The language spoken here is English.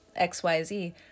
XYZ